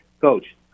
coach